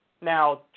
Now